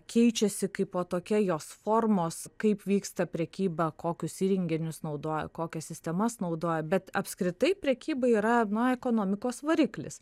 keičiasi kaipo tokia jos formos kaip vyksta prekyba kokius įrenginius naudoja kokias sistemas naudoja bet apskritai prekyba yra na ekonomikos variklis